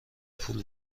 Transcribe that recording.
پول